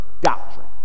doctrine